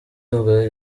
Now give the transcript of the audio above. ivuga